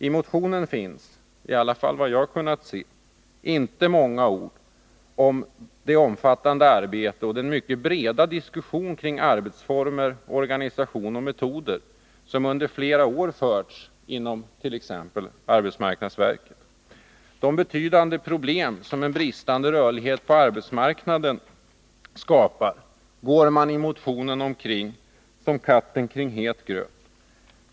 I motionen finns, såvitt jag har kunnat se, inte många ord om det omfattande arbete som utförts och den mycket breda diskussion kring arbetsformer, organisation och metoder som förts under flera år inom t.ex. arbetsmarknadsverket. De betydande problem som en bristande rörlighet på arbetsmarknaden skapar går man i motionen omkring som katten kring het gröt.